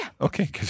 Okay